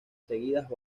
seguidas